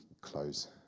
close